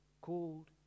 called